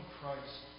Christ